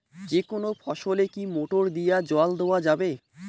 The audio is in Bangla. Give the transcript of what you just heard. যেকোনো ফসলে কি মোটর দিয়া জল দেওয়া যাবে?